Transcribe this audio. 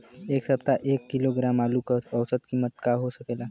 एह सप्ताह एक किलोग्राम आलू क औसत कीमत का हो सकेला?